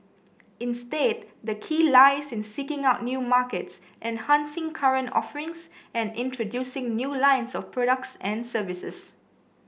instead the key lies in seeking out new markets enhancing current offerings and introducing new lines of products and services